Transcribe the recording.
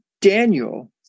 Daniel